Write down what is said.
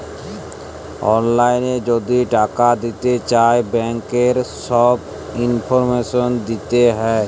অললাইল যদি টাকা দিতে চায় ব্যাংকের ছব ইলফরমেশল দিতে হ্যয়